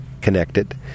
connected